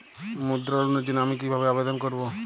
মুদ্রা লোনের জন্য আমি কিভাবে আবেদন করবো?